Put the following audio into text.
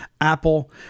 Apple